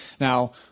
Now